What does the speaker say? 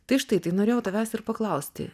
tai štai tai norėjau tavęs ir paklausti